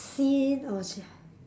scene or